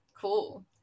cool